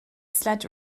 sled